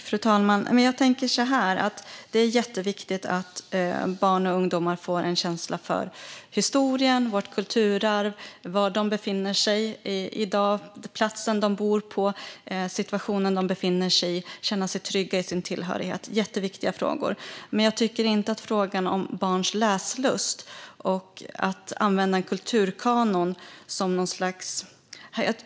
Fru talman! Jag tänker så här: Det är jätteviktigt att barn och ungdomar får en känsla för historien, vårt kulturarv, platsen de bor på och situationen de befinner sig i. De ska känna sig trygga i sin tillhörighet. Det är jätteviktiga frågor. Men jag tycker inte att frågan om barns läslust och att använda en kulturkanon hör dit.